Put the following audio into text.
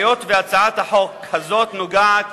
היות שהצעת החוק הזאת נוגעת